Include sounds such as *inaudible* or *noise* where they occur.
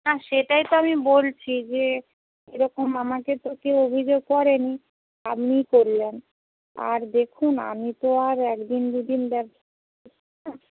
না সেটাই তো আমি বলছি যে এরকম আমাকে তো কেউ অভিযোগ করে নি আপনিই করলেন আর দেখুন আমি তো আর এক দিন দু দিন ব্যবসা *unintelligible*